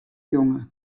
jonge